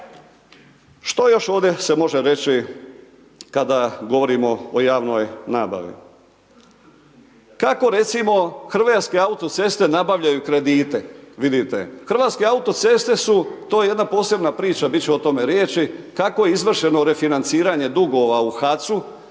Što još ovdje se može reći kada govorimo o javnoj nabavi? Kako recimo Hrvatske autoceste nabavljaju kredite, vidite Hrvatske autoceste su to je jedna posebna priča, bit će o tome riječi, kako je izvršeno refinanciranje dugova u HAC-u